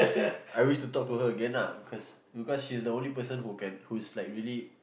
I wish to talk to her again ah cause because she is the only person who can who is like really